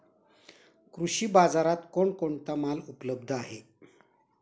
कृषी बाजारात कोण कोणता माल उपलब्ध आहे?